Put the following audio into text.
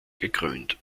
gekrönt